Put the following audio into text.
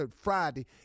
Friday